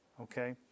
okay